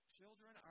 Children